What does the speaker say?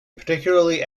particularly